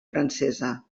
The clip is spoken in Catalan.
francesa